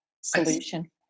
solution